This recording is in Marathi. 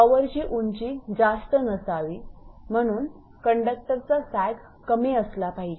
टॉवरची उंची जास्त नसावी म्हणून कंडक्टरचा सॅग कमी असला पाहिजे